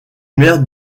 maire